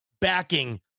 backing